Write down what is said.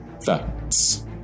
Facts